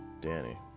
Danny